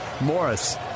Morris